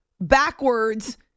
backwards